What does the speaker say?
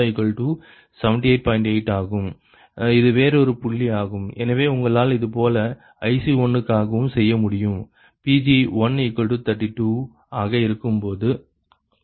8 ஆகும் இது வேறொரு புள்ளி ஆகும் எனவே உங்களால் இதேபோல IC1 க்காகவும் செய்ய முடியும் Pg132 ஆக இருக்கும்போது λ46